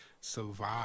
survive